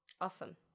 awesome